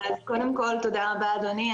קודם כל תודה רבה אדוני,